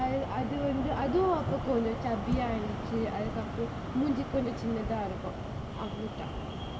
well அது வந்து அதும் அப்ப கொஞ்சம்:athu vanthu athum appa konjam chubby ah இருந்துச்சு அதுக்கப்றம் மூஞ்சி கொஞ்சம் சின்னதா இருக்கும் அவ்ளோதா:irunthuchu athukkapram moonji konjam chinnathaa irukkum avlothaa